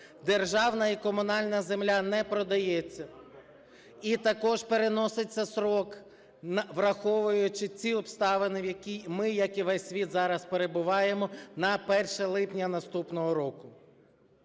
державна і комунальна земля не продається. І також переноситься строк, враховуючи ці обставини, в яких ми, як і весь світ, зараз перебуваємо, на 1 липня наступного року.